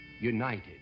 United